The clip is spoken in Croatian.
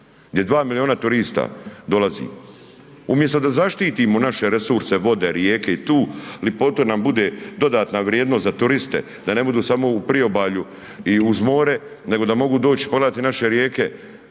gdje 2 milijuna turista dolazi. Umjesto da zaštitimo naše resurse vode, rijeke i ta ljepotu nam bude dodatna vrijednost za turiste, da ne budu samo u priobalju iz more, nego da mogu doći i pogledati naše rijeke,